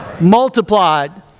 multiplied